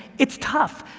it's tough,